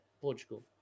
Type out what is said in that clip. Portugal